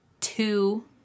two